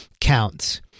counts